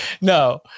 No